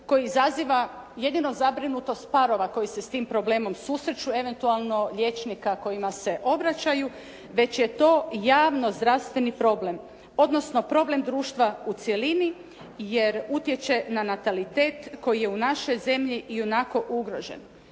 koji izaziva jedino zabrinutost parova koji se s tim problemom susreću, eventualno liječnika kojima se obraćaju već je to javno zdravstveni problem odnosno problem društva u cjelini jer utječe na natalitet koji je u našoj zemlji ionako ugrožen.